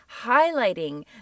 highlighting